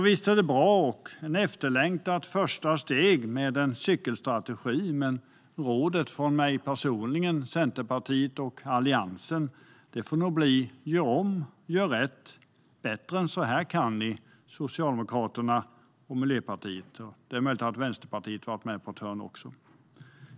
Visst är en cykelstrategi ett bra och efterlängtat första steg, men rådet från mig personligen, från Centerpartiet och från Alliansen får bli: Gör om, gör rätt! Bättre än så här kan ni, Socialdemokraterna och Miljöpartiet - det är möjligt att även Vänsterpartiet har varit med på ett hörn.